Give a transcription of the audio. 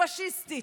פשיסטית,